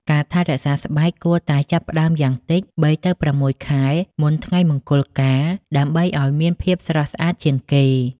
ការថែរក្សាស្បែកគួរតែចាប់ផ្តើមយ៉ាងតិច ៣ ទៅ ៦ ខែមុនថ្ងៃមង្គលការដើម្បីអោយមានភាពស្រស់ស្អាតជាងគេ ។